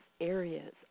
areas